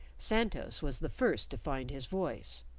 santos was the first to find his voice.